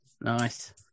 nice